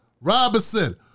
Robinson